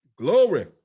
Glory